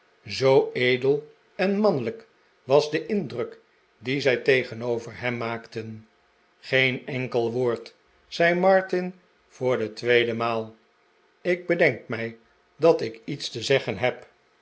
zoo edel en mannelijk was de indruk dien zij tegenover hem maakten geen enkel woord zei martin voor de tweede maal ik bedenk mij dat ik iets te zeggen heb